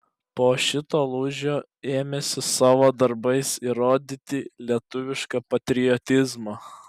po šito lūžio ėmėsi savo darbais įrodyti lietuvišką patriotizmą